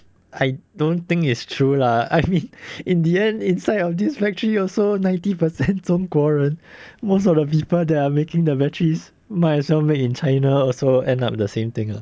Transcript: I don't think it's true lah I mean in the end inside of this factory also ninety percent 中国人 most of the people that are making the batteries might as well make in china also end up the same thing lah